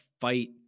fight